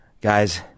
guys